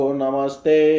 namaste